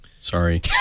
Sorry